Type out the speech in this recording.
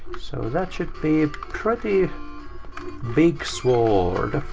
so that should be a pretty big sword.